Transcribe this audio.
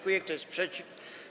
Kto jest przeciw?